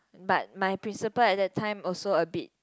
but my principal at that time also a bit